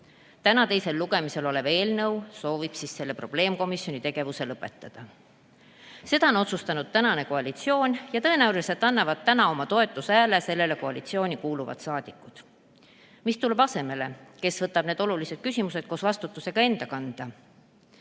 Täna teisel lugemisel olev eelnõu soovib selle probleemkomisjoni tegevuse lõpetada. Seda on otsustanud tänane koalitsioon ja tõenäoliselt annavad täna oma toetushääle sellele koalitsiooni kuuluvad rahvasaadikud. Mis tuleb asemele? Kes võtab need olulised küsimused koos vastutusega enda kanda?